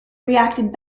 reacted